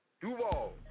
Duval